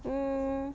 mm